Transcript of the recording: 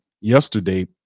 yesterday